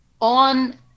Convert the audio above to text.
on